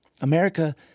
America